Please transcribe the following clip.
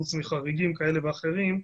חוץ מחריגים כאלה ואחרים,